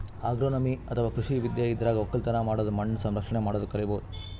agronomy ಅಥವಾ ಕೃಷಿ ವಿದ್ಯೆ ಇದ್ರಾಗ್ ಒಕ್ಕಲತನ್ ಮಾಡದು ಮಣ್ಣ್ ಸಂರಕ್ಷಣೆ ಮಾಡದು ಕಲಿಬಹುದ್